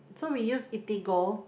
so we used Eatigo